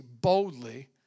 boldly